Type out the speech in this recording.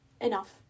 Enough